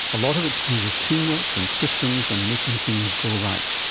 a lot of it to do with teamwork and systems and making things go right.